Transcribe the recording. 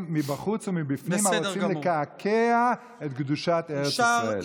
מבחוץ ומבפנים הרוצים לקעקע את קדושת ארץ ישראל.